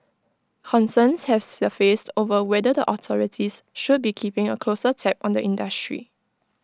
concerns have surfaced over whether the authorities should be keeping A closer tab on the industry